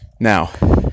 Now